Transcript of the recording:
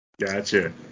Gotcha